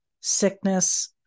sickness